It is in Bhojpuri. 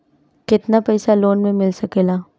केतना पाइसा लोन में मिल सकेला?